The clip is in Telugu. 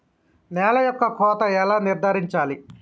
నేల యొక్క కోత ఎలా నిర్ధారించాలి?